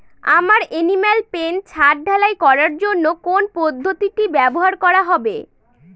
আমার animal pen ছাদ ঢালাই করার জন্য কোন পদ্ধতিটি ব্যবহার করা হবে?